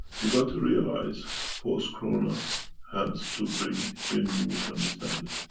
you got to realize post-corona has to bring a new understanding.